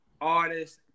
artist